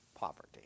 poverty